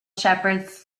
shepherds